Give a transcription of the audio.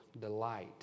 delight